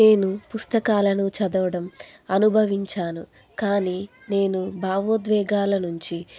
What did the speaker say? నేను పుస్తకాలను చదవడం అనుభవించాను కానీ నేను భావోద్వేగాల నుంచి